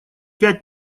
пять